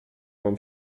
mam